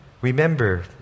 Remember